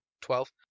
Twelve